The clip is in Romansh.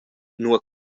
nua